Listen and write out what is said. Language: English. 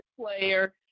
player